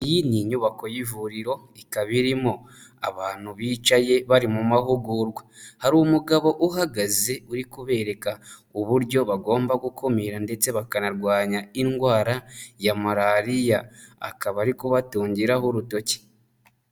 Iyi ni inyubako y'ivuriro ikaba irimo abantu bicaye bari mu mahugurwa, hari umugabo uhagaze uri kubereka uburyo bagomba gukumira ndetse bakanarwanya indwara ya malariya, akaba ariko batungiraho urutoki.